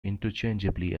interchangeably